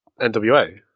NWA